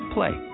Play